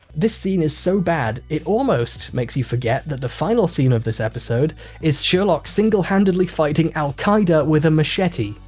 this scene is so bad it almost makes you forget the final scene of this episode is sherlock single-handedly fighting al-qaeda with a machete.